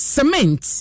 Cement